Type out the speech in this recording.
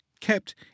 kept